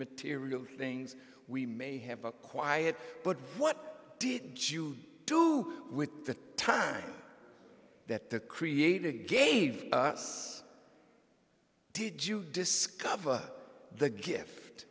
material things we may have a quiet but what did you do with the time that the creator gave us did you discover the gift